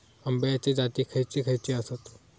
अम्याचे जाती खयचे खयचे आसत?